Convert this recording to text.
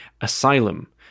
Asylum